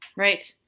right.